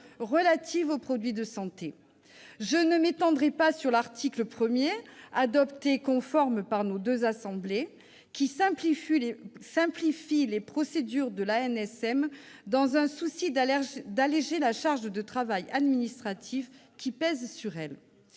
relatives aux produits de santé. Je ne m'étendrai pas sur l'article 1, adopté conforme par les deux assemblées, qui simplifie les procédures de l'ANSM en vue d'alléger la charge de travail administratif pesant sur elle.